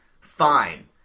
fine